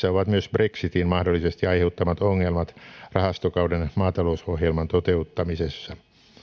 ovat myös brexitin mahdollisesti aiheuttamat ongelmat rahastokauden maatalousohjelman toteuttamisessa